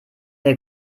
der